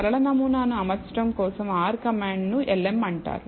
సరళ నమూనాను అమర్చడం కోసం R కమాండ్ ను lm అంటారు